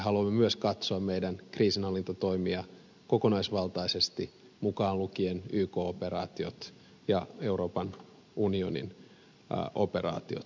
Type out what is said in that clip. haluamme myös katsoa meidän kriisinhallintatoimiamme kokonaisvaltaisesti mukaan lukien yk operaatiot ja euroopan unionin operaatiot